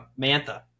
Mantha